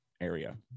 area